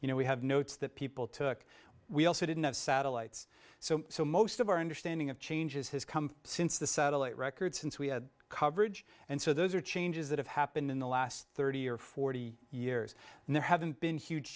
you know we have notes that people took we also didn't have satellites so so most of our understanding of changes has come since the satellite record since we had coverage and so those are changes that have happened in the last thirty or forty years and there haven't been huge